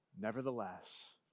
nevertheless